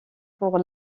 pour